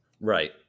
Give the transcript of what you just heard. Right